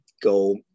go